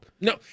No